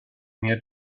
mer